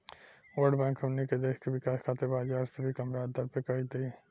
world bank हमनी के देश के विकाश खातिर बाजार से भी कम ब्याज दर पे कर्ज दिही